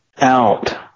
out